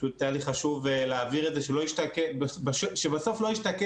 פשוט היה לי חשוב להבהיר את זה שבסוף לא ישתקף